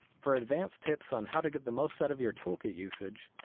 for advanced tips on how to get the most out of your toolkit usage,